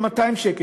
או 200 שקל,